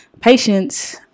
patience